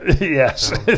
Yes